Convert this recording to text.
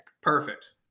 perfect